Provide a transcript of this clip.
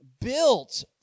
built